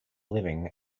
living